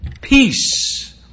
peace